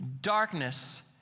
darkness